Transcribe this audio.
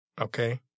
Okay